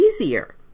easier